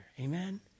Amen